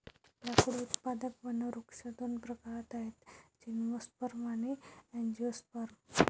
लाकूड उत्पादक वनवृक्ष दोन प्रकारात आहेतः जिम्नोस्पर्म आणि अँजिओस्पर्म